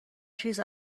چیز